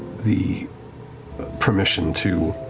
the permission to,